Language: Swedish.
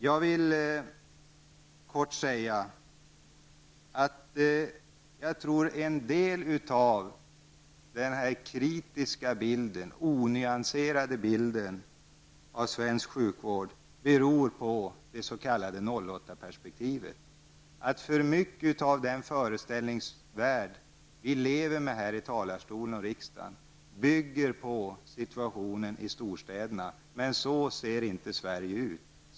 Jag vill kortfattat säga att jag tror att en del av den kritiska och onyanserade bilden av svensk sjukvård beror på det s.k. 08-perspektivet, att för mycket av den föreställningsvärld som vi lever med här i talarstolen och i riksdagen bygger på situationen i storstäderna. Men så ser inte Sverige ut.